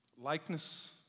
likeness